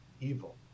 evil